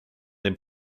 dem